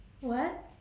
what